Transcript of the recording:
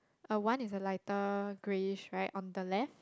uh one is a lighter greyish right on the left